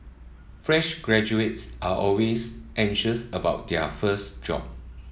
fresh graduates are always anxious about their first job